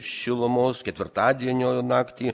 šilumos ketvirtadienio naktį